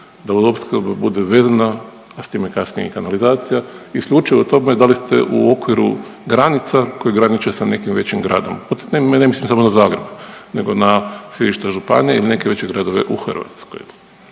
da vodoopskrba bude vezana, a s time kasnije i kanalizacija isključivo tome da li ste u okviru granica koje graniče sa nekim većim gradom …/Govornik se ne razumije./… ne mislim samo na Zagreb nego na sjedišta županija ili neke veće gradove u Hrvatskoj.